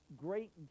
great